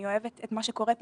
אני אוהבת את מה שקורה פה.